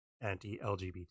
anti-lgbt